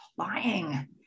Lying